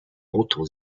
auto